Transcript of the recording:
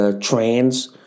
trans